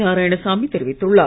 நாராயணசாமி தெரிவித்துள்ளார்